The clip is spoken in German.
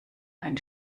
ein